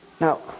Now